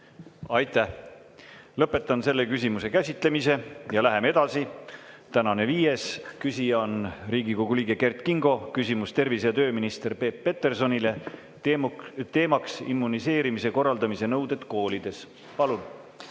Aitäh! Lõpetan selle küsimuse käsitlemise. Läheme edasi. Tänane viies küsija on Riigikogu liige Kert Kingo, küsimus tervise‑ ja tööminister Peep Petersonile, teemaks immuniseerimise korraldamise nõuded koolides. Palun!